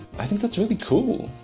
i think that's really cool!